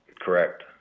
Correct